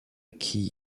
key